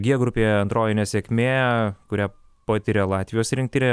g grupėje antroji nesėkmė kurią patiria latvijos rinktinė